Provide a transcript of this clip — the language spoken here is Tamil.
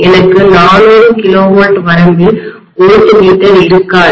எனக்கு 400 kV வரம்பில் வோல்ட்மீட்டர் இருக்காது